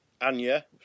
Anya